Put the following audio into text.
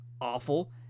awful